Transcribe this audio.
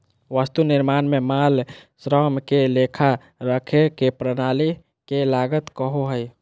वस्तु निर्माण में माल, श्रम के लेखा रखे के प्रणाली के लागत कहो हइ